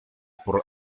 por